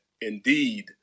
indeed